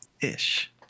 ish